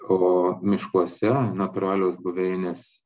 o miškuose natūralios buveinės